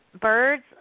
Birds